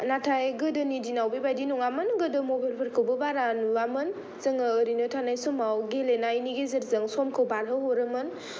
नाथाय गोदोनि दिनाव बेबादि नङामोन गोदो मबेल फोरखौबो बारा नुवामोन जोङो ओरैनो थानाय समाव गेलेनायनि गेजेरजों समखौ बारहोहरोमोन